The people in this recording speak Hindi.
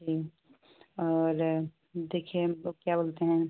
जी और देखिए हम लोग क्या बोलते हैं